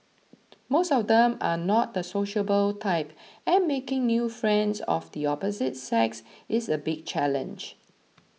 most of them are not the sociable type and making new friends of the opposite sex is a big challenge